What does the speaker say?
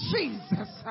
Jesus